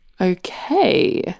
Okay